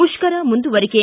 ಮುಷ್ಕರ ಮುಂದುವರಿಕೆ